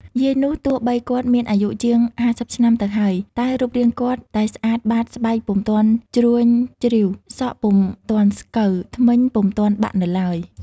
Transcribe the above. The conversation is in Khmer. យាយនោះទោះបីគាត់មានអាយុជាង ៥០ ឆ្នាំទៅហើយ តែរូបរាងគាត់តែស្អាតបាតស្បែកពុំទាន់ជ្រួញជ្រីវ សក់ពុំទាន់ស្កូវ ធ្មេញពុំទាន់បាក់នៅឡើយ ។